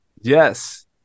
Yes